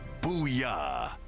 Booyah